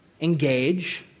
engage